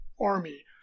army